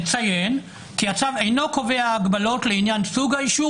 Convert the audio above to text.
נציין כי הצו אינו קובע הגבלות לעניין סוג האישור